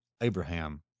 Abraham